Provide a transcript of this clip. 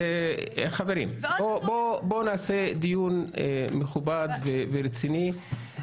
חברים, בואו נקיים דיון מכובד ורציני.